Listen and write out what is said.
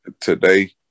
today